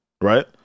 right